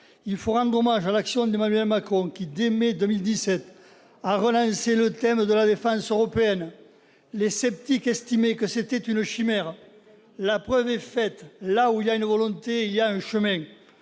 Il faut rendre hommage à l'action d'Emmanuel Macron qui, dès mai 2017, a relancé le thème de la défense européenne. Les sceptiques estimaient que c'était une chimère : la preuve est faite, là où il y a une volonté, il y a un chemin